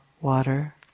water